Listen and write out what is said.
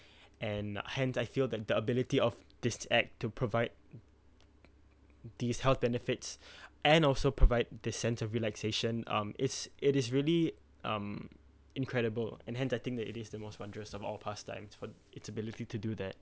and hence I feel that the ability of this act to provide these health benefits and also provide the sense of relaxation um it's it is really um incredible and hence I think that it is the most wondrous of all pastime for its ability to do that